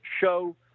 show